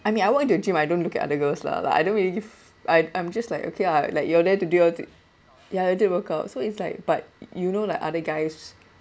I mean I walk into a gym I don't look at other girls lah like I don't really I'm I'm just like okay ah like you are there to do your thing ya I did workout so it's like but you know like other guys